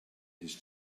his